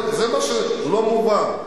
זה מה שלא מובן.